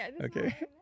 Okay